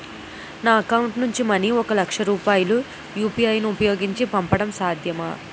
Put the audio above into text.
నా అకౌంట్ నుంచి మనీ ఒక లక్ష రూపాయలు యు.పి.ఐ ను ఉపయోగించి పంపడం సాధ్యమా?